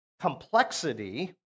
complexity